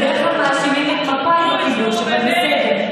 בדרך כלל מאשימים את מפא"י בכיבוש, אבל בסדר.